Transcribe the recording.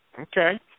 Okay